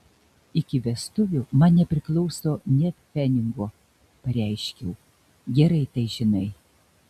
iki vestuvių man nepriklauso nė pfenigo pareiškiau gerai tai žinai